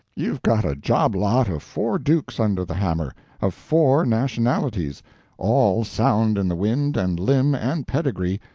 you've got a job lot of four dukes under the hammer of four nationalities all sound in the wind and limb and pedigree,